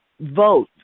vote